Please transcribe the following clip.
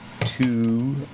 two